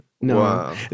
no